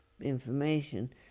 information